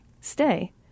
stay